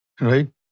Right